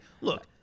look